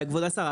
אבל כבוד השר,